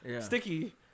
Sticky